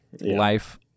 life